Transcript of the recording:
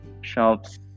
shops